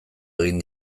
egin